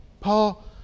Paul